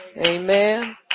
Amen